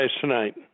tonight